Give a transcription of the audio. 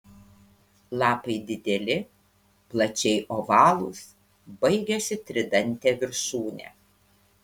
lapai dideli plačiai ovalūs baigiasi tridante viršūne